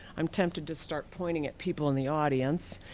i'm tempted to start pointing at people in the audience.